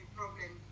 problem